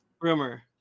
rumor